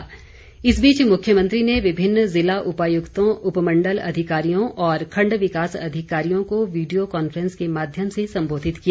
निर्देश इस बीच मुख्यमंत्री ने विभिन्न ज़िला उपायुक्तों उपमण्डल अधिकारियों और खण्ड विकास अधिकारियों को वीडियो कॉन्फ्रेंस के माध्यम से संबोधित किया